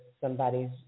somebody's